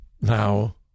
now